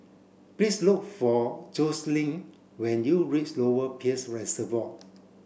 please look for Joselin when you reach Lower Peirce Reservoir